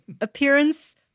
appearance